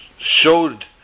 showed